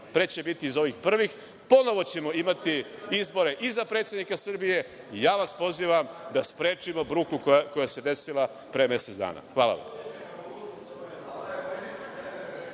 pre će biti iz ovih prvih, ponovo ćemo imati izbore i za predsednika Srbije i ja vas pozivam da sprečimo bruku koja se desila pre mesec dana. Hvala.